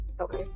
Okay